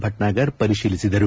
ಭಟ್ನಾಗರ್ ಪರಿತೀಲಿಸಿದರು